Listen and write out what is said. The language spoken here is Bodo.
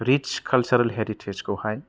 रिच कालचारेल हेरिथेज खौहाय